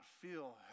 feel